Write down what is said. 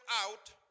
out